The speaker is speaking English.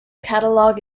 catalog